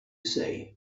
say